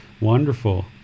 wonderful